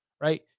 right